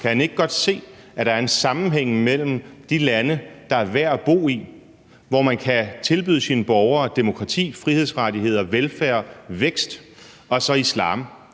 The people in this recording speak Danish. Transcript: om han ikke godt kan se, at der er en sammenhæng mellem de lande, der er værd at bo i, hvor man kan tilbyde sine borgere demokrati, frihedsrettigheder, velfærd, vækst, og så islam.